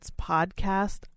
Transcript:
Podcast